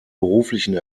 beruflichen